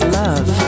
love